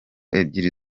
ebyiri